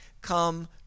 come